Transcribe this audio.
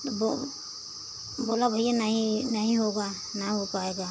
वो बोला भईया नहीं नहीं होगा न हो पाएगा